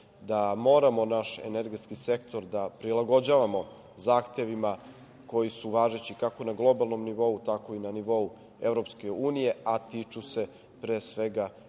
da moramo naš energetski sektor da prilagođavamo zahtevima koji su važeći kako na globalnom nivou, tako i na nivou Evropske unije, a tiču se pre svega